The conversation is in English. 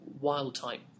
wild-type